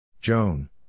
Joan